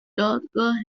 دادگاه